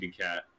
cat